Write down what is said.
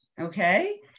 Okay